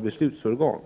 beslutsorgan.